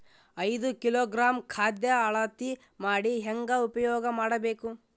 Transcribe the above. ಐದು ಕಿಲೋಗ್ರಾಂ ಖಾದ್ಯ ಅಳತಿ ಮಾಡಿ ಹೇಂಗ ಉಪಯೋಗ ಮಾಡಬೇಕು?